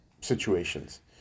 situations